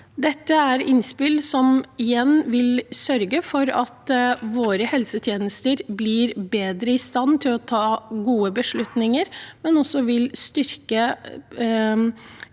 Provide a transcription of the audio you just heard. Dette er innspill som vil sørge for at våre helsetjenester blir bedre i stand til å ta gode beslutninger, men som også vil styrke